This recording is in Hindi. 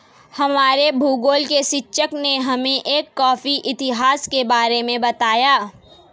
हमारे भूगोल के शिक्षक ने हमें एक कॉफी इतिहास के बारे में बताया